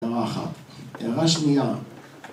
הרעה אחת, הרעה שנייה